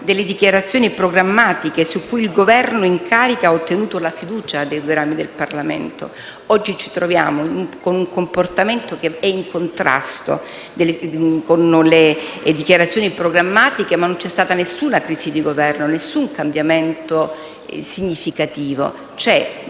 delle dichiarazioni programmatiche su cui il Governo in carica ha ottenuto la fiducia nei due rami del Parlamento. Oggi ci troviamo con un comportamento che è in contrasto con le dichiarazioni programmatiche, senza che vi sia stata alcuna crisi di Governo e alcun cambiamento significativo. Il presidente